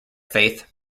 faith